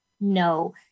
no